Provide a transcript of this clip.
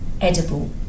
edible